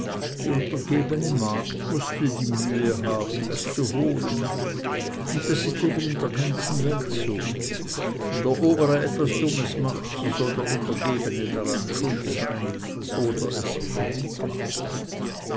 die untergebene magd mußte die mühe haben es zu holen und das ist eben in der ganzen welt so wenn der obere etwas dummes macht so soll der untergebene daran schuld sein oder es wieder gut